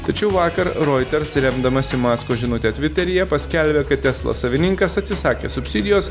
tačiau vakar roiters remdamasi masko žinute tviteryje paskelbė kad tesla savininkas atsisakė subsidijos